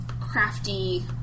crafty